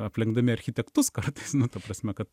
aplenkdami architektus kartais nu ta prasme kad